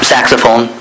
saxophone